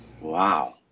Wow